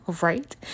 Right